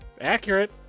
Accurate